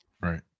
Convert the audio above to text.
right